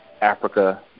Africa